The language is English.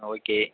okay